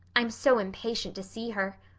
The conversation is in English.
i'm so impatient to see her.